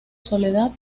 soledad